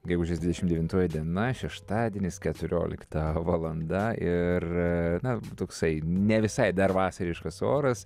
gegužės dvidešimt devintoji diena šeštadienis keturiolikta valanda ir toksai ne visai dar vasariškas oras